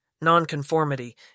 Non-conformity